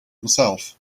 himself